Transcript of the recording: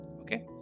okay